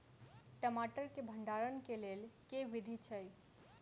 टमाटर केँ भण्डारण केँ लेल केँ विधि छैय?